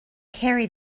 carry